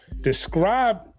describe